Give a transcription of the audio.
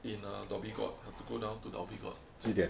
in err Dhoby Ghaut have to go down to Dhoby Ghaut